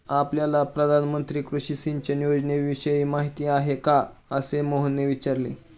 आपल्याला प्रधानमंत्री कृषी सिंचन योजनेविषयी माहिती आहे का? असे मोहनने विचारले